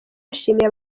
yashimiye